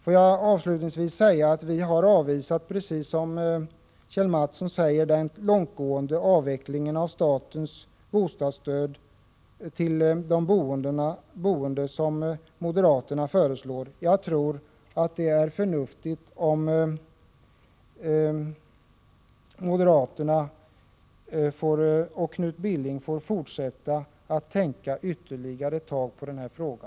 Jag vill avslutningsvis säga att vi, som Kjell Mattsson sade, har avvisat den långtgående avvecklingen av statens bostadsstöd till de boende som moderaterna föreslår. Jag tror att det är förnuftigt om moderaterna och Knut Billing får fortsätta att tänka ytterligare ett tag på denna fråga.